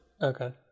Okay